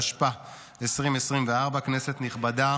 התשפ"ה 2024. כנסת נכבדה,